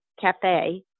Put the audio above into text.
cafe